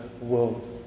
world